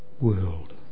world